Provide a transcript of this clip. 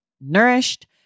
nourished